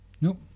Nope